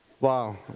Wow